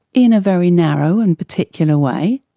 in a very narrow and particular way.